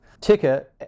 ticker